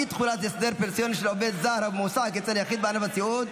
אי-תחולת הסדר פנסיוני על עובד זר המועסק אצל יחיד בענף הסיעוד),